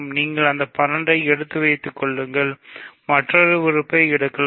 நீங்கள் அந்த 12 ஐ எடுத்து வைத்துக்கொள்ளுங்கள் மற்றொரு உறுப்பை எடுக்கலாம்